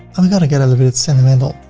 i'm going to get a little bit of sentimental,